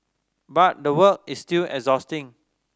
but the work is still exhausting